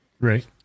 Right